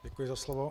Děkuji za slovo.